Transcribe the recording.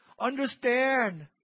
understand